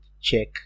check